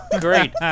great